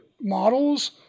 models